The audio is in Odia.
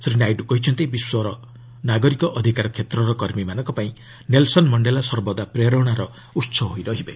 ଶ୍ରୀ ନାଇଡୁ କହିଛନ୍ତି ବିଶ୍ୱର ନାଗରିକ ଅଧିକାର କ୍ଷେତ୍ରର କର୍ମୀମାନଙ୍କପାଇଁ ନେଲ୍ସନ୍ ମଣ୍ଡେଲା ସର୍ବଦା ପ୍ରେରଣାର ଉତ୍ସ ହୋଇ ରହିବେ